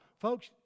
Folks